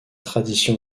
tradition